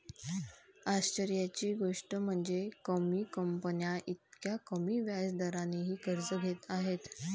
आश्चर्याची गोष्ट म्हणजे, कमी कंपन्या इतक्या कमी व्याज दरानेही कर्ज घेत आहेत